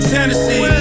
Tennessee